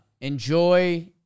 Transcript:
Enjoy